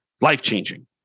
Life-changing